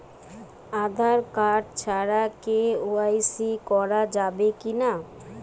Aadhaar card ছাড়া KYC করা যাবে কি না?